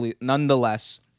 nonetheless